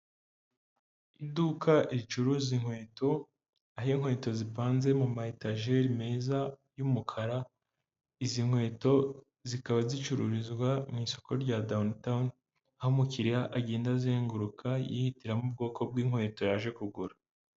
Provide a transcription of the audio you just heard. Iduka ricuruza inkweto, aho inkweto zipanze mu mayetajeri meza y'umukara, izi nkweto zikaba zicururizwa mu isoko rya dawuni tawuni, aho umukiriya agenda azenguruka yihitiramo ubwoko bw'inkweto yaje kugura.